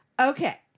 okay